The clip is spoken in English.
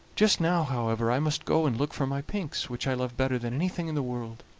just now, however, i must go and look for my pinks, which i love better than anything in the world.